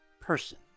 person